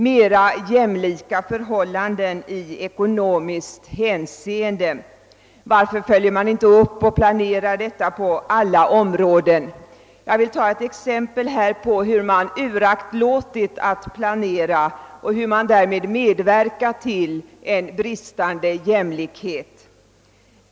»Mera jämlika förhållanden i ekonomiskt hänseende» — varför följer man inte upp och planerar detta på alla områden? Jag vill anföra ett exempel på hur man uraktlåtit att planera och hur man därmed har medverkat till en bristande jämlikhet.